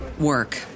work